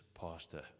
pastor